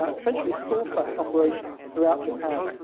ah essentially, store front operations throughout japan,